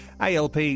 ALP